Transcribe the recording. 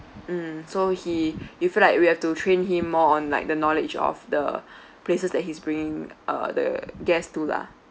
mm so he you feel like we have to train him more on like the knowledge of the places that he's bringing uh the guest to lah